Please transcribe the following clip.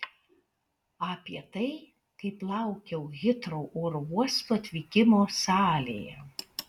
apie tai kaip laukiau hitrou oro uosto atvykimo salėje